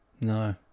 No